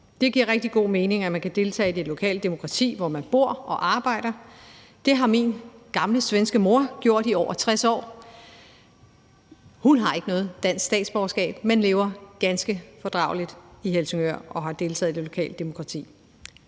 Det giver rigtig god mening, at man kan deltage i det lokale demokrati, hvor man bor og arbejder. Det har min gamle svenske mor gjort i over 60 år. Hun har ikke noget dansk statsborgerskab, men lever ganske fordrageligt i Helsingør og har deltaget i det lokale demokrati.